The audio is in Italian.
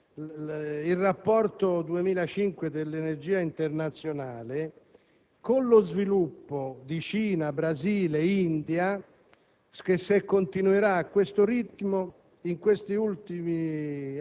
Secondo il rapporto del 2005 sull'energia internazionale, se lo sviluppo di Cina, Brasile e India